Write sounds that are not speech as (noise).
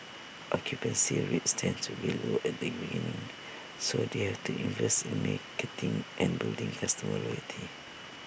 occupancy rates tend to be low at the beginning so they have to invest in (unintelligible) and building customer loyalty